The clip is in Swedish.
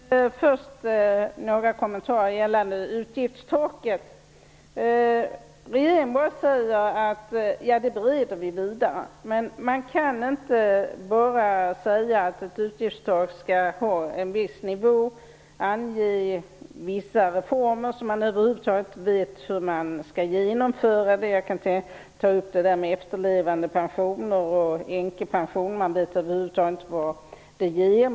Herr talman! Först har jag några kommentarer gällande utgiftstaket. Regeringen säger att man skall bereda detta vidare. Men man kan inte bara säga att ett utgiftstak skall ligga på en viss nivå och ange vissa reformer som man över huvud taget inte vet hur man skall genomföra. Jag kan ta upp detta med efterlevandepensioner och änkepensionen. Man vet över huvud taget inte vad det ger.